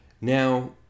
Now